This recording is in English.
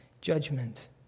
judgment